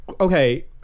okay